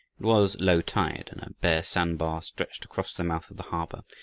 was low tide and a bare sand-bar stretched across the mouth of the harbor,